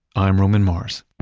i'm roman mars